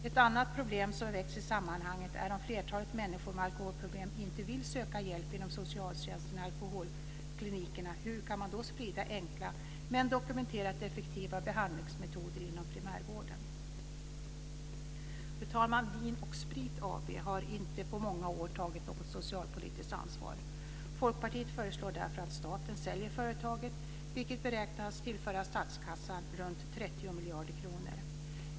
Ett annat problem som väcks i sammanhanget är om flertalet människor med alkoholproblem inte vill söka hjälp inom socialtjänsten eller på alkoholklinikerna. Hur kan man då sprida enkla men dokumenterat effektiva behandlingsmetoder inom primärvården? Fru talman! Vin och Sprit AB har inte på många år tagit något socialpolitiskt ansvar. Folkpartiet föreslår därför att staten säljer företaget, vilket beräknas tillföra statskassan runt 30 miljarder kronor.